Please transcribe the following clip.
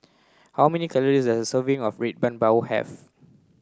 how many calories serving of red bean bao have